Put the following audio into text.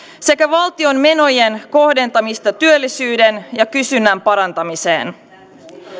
sekä valtion menojen kohdentamista työllisyyden ja kysynnän parantamiseen